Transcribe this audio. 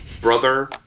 brother